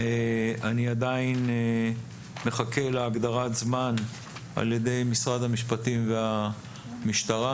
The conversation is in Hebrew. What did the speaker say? אני עדיין מחכה להגדרת זמן על ידי משרד המשפטים והמשטרה.